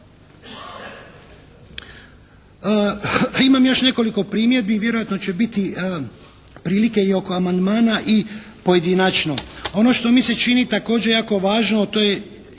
Imam još nekoliko primjedbi, vjerojatno će biti prilike i oko amandmana i pojedinačno. Ono što mi se čini također jako važno, to je